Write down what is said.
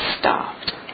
stopped